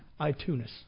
iTunes